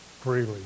freely